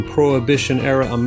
Prohibition-era